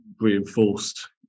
reinforced